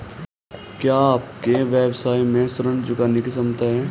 क्या आपके व्यवसाय में ऋण चुकाने की क्षमता है?